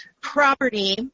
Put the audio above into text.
property